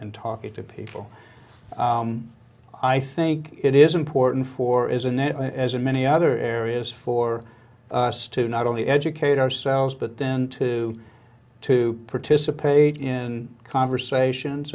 talking to people i think it is important for isn't it as in many other areas for us to not only educate ourselves but then to to participate in conversations